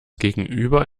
gegenüber